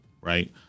right